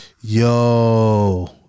Yo